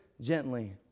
gently